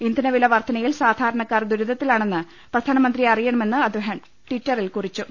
ഇന്ധലവില വർദ്ധനയിൽ സാധാരണക്കാർ ദുരിതത്തി ലാണെന്ന് പ്രധാനമന്ത്രി അറിയണമെന്ന് അദ്ദേഹം ടിറ്ററിൽ കുറിച്ചു